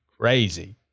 crazy